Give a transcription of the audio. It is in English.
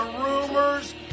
rumors